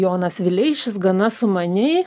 jonas vileišis gana sumaniai